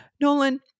Nolan